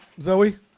Zoe